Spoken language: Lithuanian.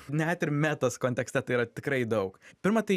net ir metos kontekste tai yra tikrai daug pirma tai